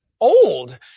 old